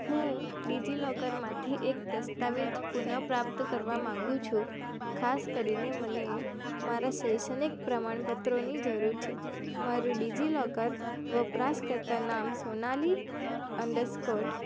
હું ડિજિલોકરમાંથી એક દસ્તાવેજ પુનઃપ્રાપ્ત કરવા માંગુ છું ખાસ કરીને મને મારા શૈક્ષણિક પ્રમાણપત્રો ની જરૂર છે મારું ડિજિલોકર વપરાશકર્તા નામ સોનાલી અંડરસ્કોર